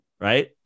right